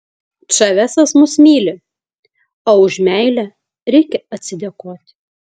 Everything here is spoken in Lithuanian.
čavesas mus myli o už meilę reikia atsidėkoti